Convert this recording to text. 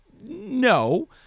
No